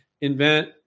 invent